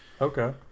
Okay